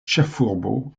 ĉefurbo